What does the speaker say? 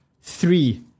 three